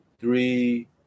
three